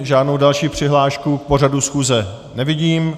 Žádnou další přihlášku k pořadu schůze nevidím.